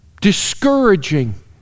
discouraging